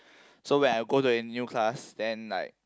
so when I go to a new class then like